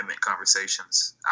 conversations